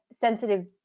sensitive